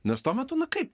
nes tuo metu na kaip